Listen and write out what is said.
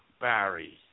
Barry